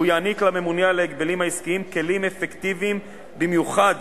והוא יעניק לממונה על ההגבלים העסקיים כלים אפקטיביים במיוחד